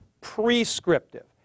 prescriptive